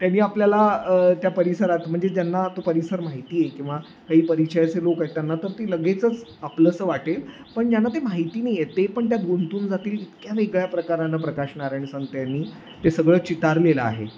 त्यांनी आपल्याला त्या परिसरात म्हणजे ज्यांना तो परिसर माहिती आहे किंवा काही परिचयाचे लोकं आहेत त्यांना तर ती लगेचच आपलंसं वाटेल पण ज्यांना ते माहिती नाही आहे ते पण त्यात गुंतून जातील इतक्या वेगळ्या प्रकारानं प्रकाश नारायण संत यांनी ते सगळं चितारलेलं आहे